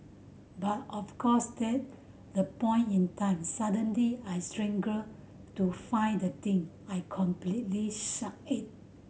but of course that the point in time suddenly I to find the thing I completely suck at